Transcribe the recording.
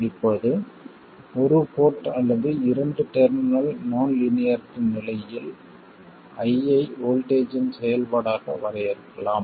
இப்போது ஒரு போர்ட் அல்லது இரண்டு டெர்மினல் நான் லீனியாரிட்டி நிலையில் I ஐ வோல்ட்டேஜ்ஜின் செயல்பாடாக வரையறுக்கலாம்